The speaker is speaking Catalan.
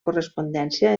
correspondència